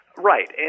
Right